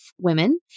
women